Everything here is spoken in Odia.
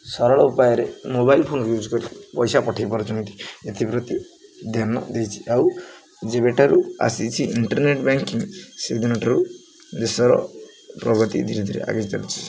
ସରଳ ଉପାୟରେ ମୋବାଇଲ ଫୋନ୍ ୟୁଜ୍ କରି ପଇସା ପଠାଇ ପାରୁଛନ୍ତି ଏଥିପ୍ରତି ଧ୍ୟାନ ଦେଇଛି ଆଉ ଯେବେଠାରୁ ଆସିଛି ଇଣ୍ଟରନେଟ୍ ବ୍ୟାଙ୍କିଂ ସେଦିନ ଠାରୁ ଦେଶର ପ୍ରଗତି ଧୀରେ ଧୀରେ ଆଗେଇ ଚାଲିଛିି